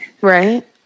Right